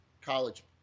college